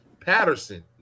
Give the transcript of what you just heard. Patterson